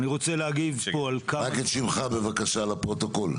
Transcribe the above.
רק שמך, בבקשה, לפרוטוקול.